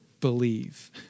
believe